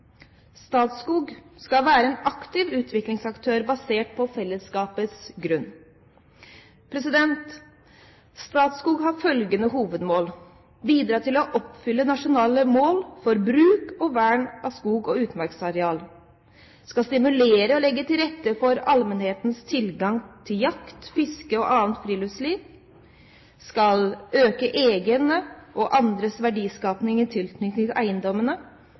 Statskog skal være en aktiv utviklingsaktør basert på fellesskapets grunn. Statskog har følgende hovedmål: bidra til å oppfylle nasjonale mål for bruk og vern av skogs- og utmarksarealer, stimulere og legge til rette for allmennhetens tilgang til jakt, fiske og annet friluftsliv, øke egen og andres verdiskaping i tilknytning til eiendommene